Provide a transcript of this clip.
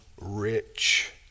rich